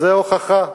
זאת ההוכחה.